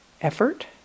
effort